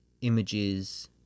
images